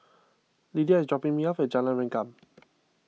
Lidia is dropping me off at Jalan Rengkam